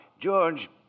George